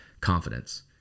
confidence